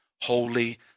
holy